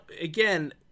again